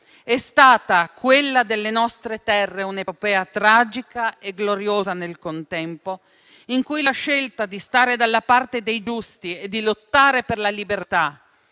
È stata quella delle nostre terre un'epopea tragica e gloriosa nel contempo, in cui la scelta di stare dalla parte dei giusti e di lottare per la libertà,